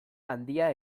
handia